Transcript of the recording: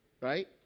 right